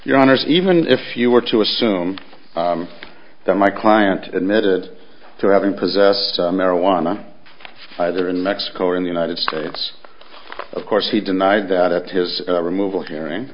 your honour's even if you were to assume that my client admitted to having possessed some marijuana either in mexico or in the united states of course he denied that at his removal hearing